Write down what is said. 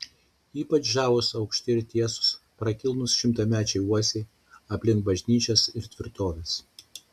ypač žavūs aukšti ir tiesūs prakilnūs šimtamečiai uosiai aplink bažnyčias ir tvirtoves